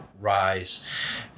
rise